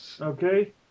Okay